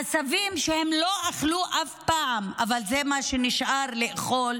עשבים שהם לא אכלו אף פעם, אבל זה מה שנשאר לאכול